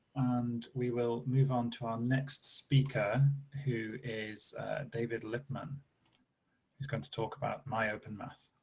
and we will move on to our next speaker who is david lippman who's going to talk about myopenmath.